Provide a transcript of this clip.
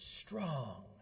strong